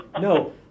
no